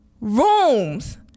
rooms